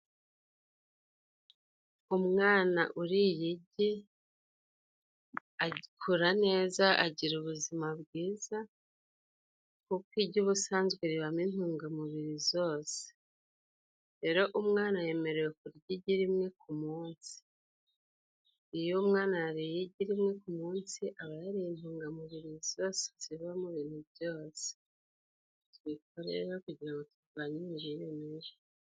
Umwana uriye igi akura neza agira ubuzima bwiza, kuko igi ubusanzwe ribamo intungamubiri zose. Rero umwana yemerewe kurya igi rimwe ku munsi. Iyo umwana yariye igi rimwe ku munsi aba yariye intungamubiri zose ziba mu bintu byose. N byo rero kugira ngo turwanye imirire mibi.